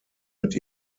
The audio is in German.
mit